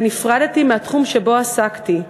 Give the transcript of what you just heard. נפרדתי מהתחום שבו עסקתי,